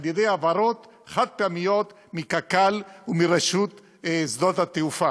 באמצעות העברות חד-פעמיות מקק"ל ומרשות שדות התעופה,